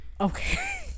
okay